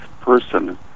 person